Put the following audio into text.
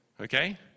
okay